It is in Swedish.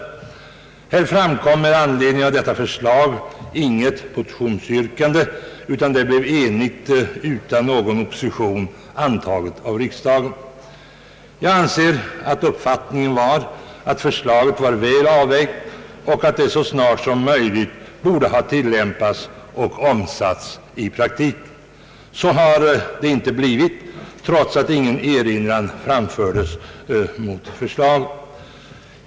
Inget motionsyrkande förekom med anledning av förslaget, utan förslaget antogs enhälligt av riksdagen. Enligt min mening var förslaget väl avvägt. Det borde därför snarast möjligt ha omsatts i praktiken. Så har emellertid inte blivit fallet, trots att ingen erinran framfördes mot förslaget.